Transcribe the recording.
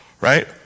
right